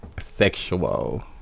sexual